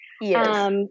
Yes